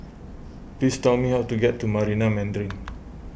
please tell me how to get to Marina Mandarin